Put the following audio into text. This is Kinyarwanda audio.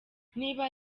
niba